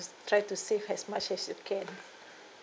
try to save as much as you can